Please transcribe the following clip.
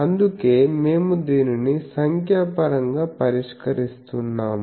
అందుకే మేము దీనిని సంఖ్యాపరంగా పరిష్కరిస్తున్నాము